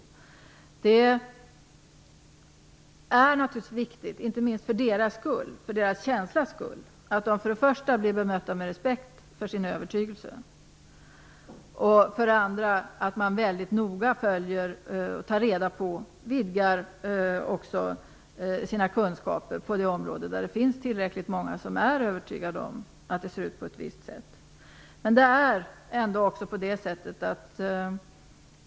För det första är det naturligtvis viktigt, inte minst för deras självkänslas skull, att de blir bemötta med respekt för sin övertygelse. För det andra skall vi också vidga våra kunskaper på de områden där det finns tillräckligt många människor som är övertygade om att det ser ut på ett visst sätt.